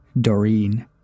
Doreen